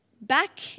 back